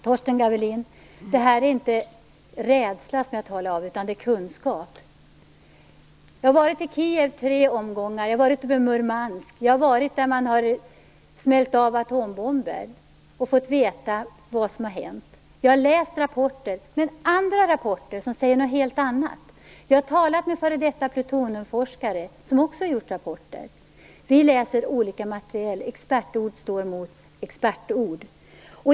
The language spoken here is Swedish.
Fru talman och Torsten Gavelin! Det är inte rädsla som jag talar om, utan det är kunskap. Jag har varit i Kijev i tre omgångar, jag har varit uppe i Murmansk och jag har varit där man har smällt av atombomber och fått veta vad som har hänt. Jag har läst rapporter, men det är rapporter som säger något helt annat än de rapporter som Torsten Gavelin har läst. Jag har talat med f.d. plutoniumforskare som också har gjort rapporter. Torsten Gavelin och jag läser olika material. Expertord står mot expertord.